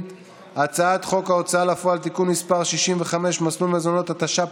לייצר את אותן בדיקות סרולוגיות סטטיסטיות כדי לנסות לאתר,